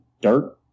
dirt